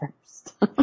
first